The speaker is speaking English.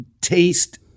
taste